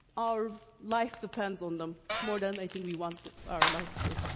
our life depends on them more than i think we want our lives to,